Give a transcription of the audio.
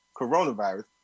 coronavirus